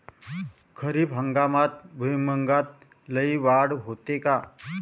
खरीप हंगामात भुईमूगात लई वाढ होते का?